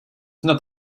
not